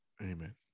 Amen